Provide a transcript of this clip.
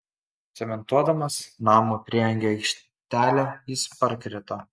cementuodamas namo prieangio aikštelę jis parkrito